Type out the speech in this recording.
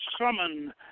summon